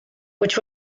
which